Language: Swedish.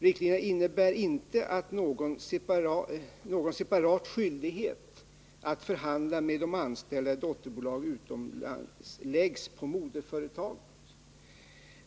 Riktlinjerna innebär inte att någon separat skyldighet att förhandla med de anställda i dotterbolag utomlands läggs på moderföretaget.